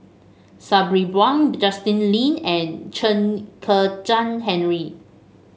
Sabri Buang Justin Lean and Chen Kezhan Henri